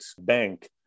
bank